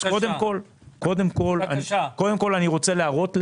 קודם כול, אני רוצה להראות לך.